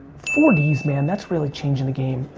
four ds man, that's really changing the game.